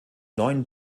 neuen